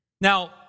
Now